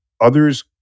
Others